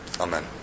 amen